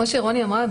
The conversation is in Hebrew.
כמו שרוני אמרה,